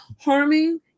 harming